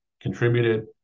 contributed